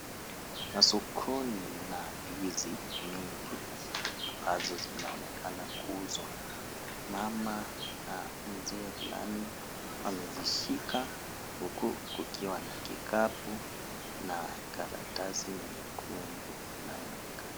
Sokoni mna ndizi nyingi ambazo zinaonekana kuuzwa ,mama na mzee fulani wamezishika huku kukiwa na kikapu na karatasi nyekundu inayoonekana.